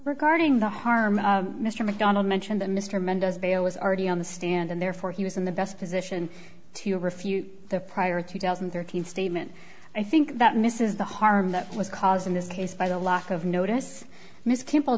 regarding the harm mr macdonald mentioned that mr mendez bail was already on the stand and therefore he was in the best position to refute the prior two thousand and thirteen statement i think that misses the harm that was caused in this case by the lack of notice miss temple